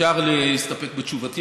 אפשר להסתפק בתשובתי.